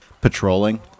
patrolling